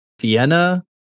Vienna